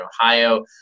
Ohio